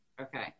Okay